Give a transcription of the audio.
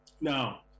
Now